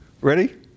Ready